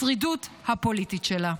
השרידות הפוליטית שלה.